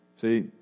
See